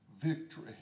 victory